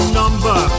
number